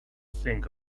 think